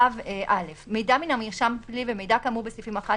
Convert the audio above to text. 3.(א) מידע מן המרשם הפלילי ומידע כאמור בסעיפים 11